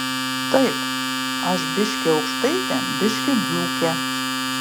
taip aš biškį aukštaitė biškį dzūkė